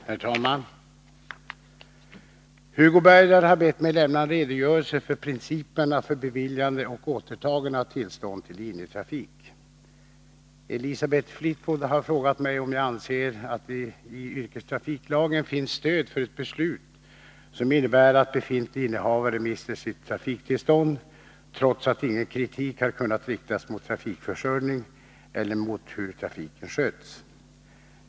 Herr talman! Hugo Bergdahl har bett mig lämna en redogörelse för principerna för beviljande och återtagande av tillstånd till linjetrafik. Elisabeth Fleetwood har frågat mig om jag anser att det i yrkestrafiklagen finns stöd för ett beslut som innebär att befintlig innehavare mister sitt trafiktillstånd trots att ingen kritik har kunnat riktas mot trafikförsörjning eller mot hur trafiken sköts.